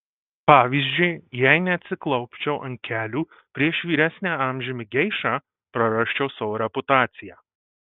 pavyzdžiui jei neatsiklaupčiau ant kelių prieš vyresnę amžiumi geišą prarasčiau savo reputaciją